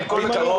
עם כל הכבוד,